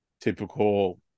typical